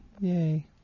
Yay